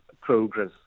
progress